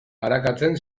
arakatzen